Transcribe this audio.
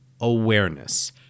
awareness